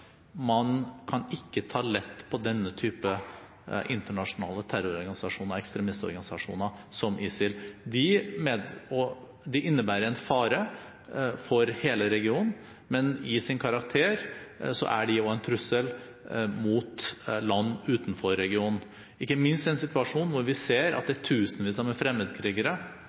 man ikke kan ta lett på denne type internasjonale terrororganisasjoner, ekstremistorganisasjoner, som ISIL. Det innebærer en fare for hele regionen, men i sin karakter er de også en trussel mot land utenfor regionen, ikke minst i en situasjon hvor vi ser tusenvis av fremmedkrigere – også fra Vesten – som reiser inn i Syria og Irak, og noen av